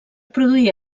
produir